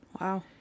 Wow